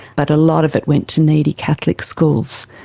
but a lot of it went to needy catholic schools.